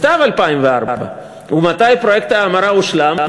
בסתיו 2004. ומתי פרויקט ההמרה הושלם?